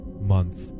Month